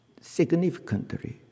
significantly